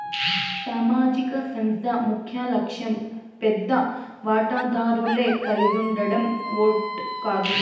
సామాజిక సంస్థ ముఖ్యలక్ష్యం పెద్ద వాటాదారులే కలిగుండడం ఓట్ కాదు